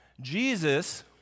Jesus